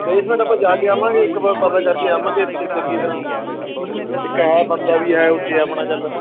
ਆਪਾਂ ਜਾ ਕੇ ਆਵਾਂਗੇ ਇੱਕ ਵਾਰ ਪਤਾ ਕਰਕੇ ਆਵਾਂਗੇ ਉੱਥੇ ਚੰਗੀ ਤਰ੍ਹਾਂ ਇੱਕ ਹੈ ਬੰਦਾ ਵੀ ਹੈ ਉੱਥੇ ਆਪਣਾ ਚੱਲ